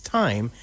time